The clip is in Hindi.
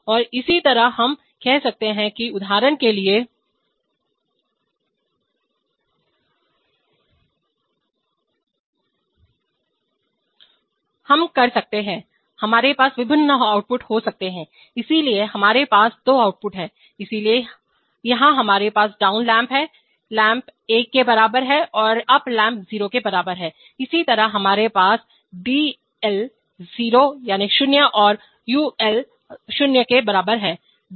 और इसी तरह हम कह सकते हैं कि उदाहरण के लिए हम कर सकते हैं हमारे पास विभिन्न आउटपुट हो सकते हैं इसलिए हमारे पास दो आउटपुट हैं इसलिए यहां हमारे पास डाउन लैंप 1 के बराबर है और अप लैंप 0 के बराबर है इसी तरह हमारे पास डीएल 0 और यूएल 0 के बराबर है